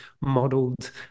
modeled